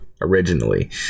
originally